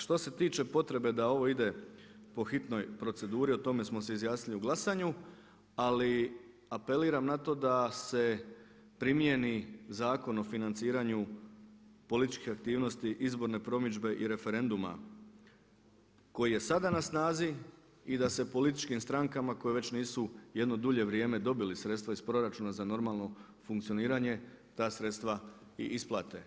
Što se tiče potrebe da ovo ide po hitnoj proceduri o tome smo se izjasnili u glasanju, ali apeliram na to da se primjeni Zakon o financiranju političke aktivnosti, izborne promidžbe i referenduma koji je sada na snazi i da se političkim strankama koje već nisu jedno dulje vrijeme dobili sredstva iz proračuna za normalno funkcioniranje ta sredstva i isplate.